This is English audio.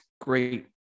great